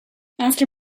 after